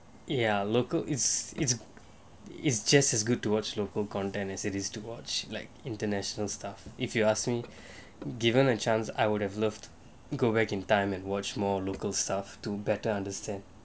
ya local it's it's it's just as good towards local content as it is to watch like international stuff if you ask me given a chance I would have loved go back in time and watch more local stuff to better understand